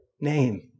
name